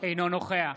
אינו נוכח